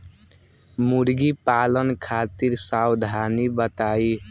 मुर्गी पालन खातिर सावधानी बताई?